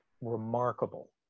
remarkable